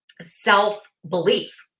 self-belief